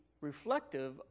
reflective